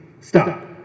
stop